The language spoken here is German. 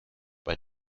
bei